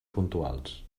puntuals